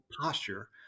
posture